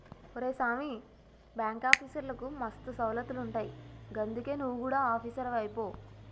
ఒరే సామీ, బాంకాఫీసర్లకు మస్తు సౌలతులుంటయ్ గందుకే నువు గుడ ఆపీసరువైపో